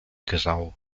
grau